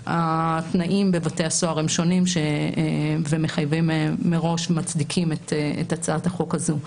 התנאים בבתי הסוהר הם שונים ומחייבים מראש מצדיקים את הצעת החוק הזאת.